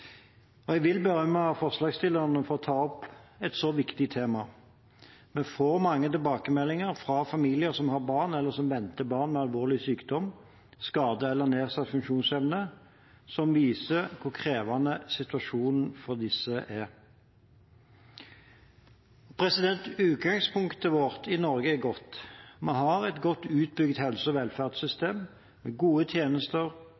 Jeg vil berømme forslagsstillerne for å ta opp et så viktig tema. Vi får mange tilbakemeldinger fra familier som har eller venter barn med alvorlig sykdom, skade eller nedsatt funksjonsevne, som viser hvor krevende situasjonen for disse er. Utgangspunktet vårt i Norge er godt. Vi har et godt utbygget helse- og velferdssystem, med gode tjenester,